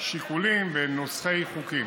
שיקולים ונוסחי חוקים.